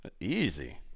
Easy